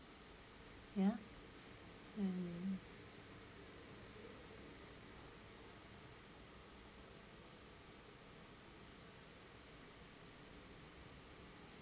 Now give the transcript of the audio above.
ya um